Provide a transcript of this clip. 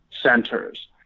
centers